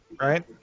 right